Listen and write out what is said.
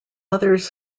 others